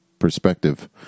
perspective